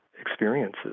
experiences